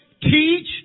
Teach